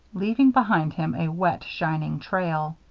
leaving behind him a wet, shining trail.